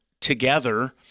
together